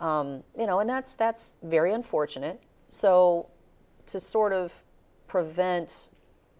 you know and that's that's very unfortunate so to sort of prevents